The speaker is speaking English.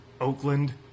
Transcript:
Oakland